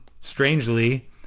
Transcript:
strangely